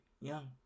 young